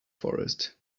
forest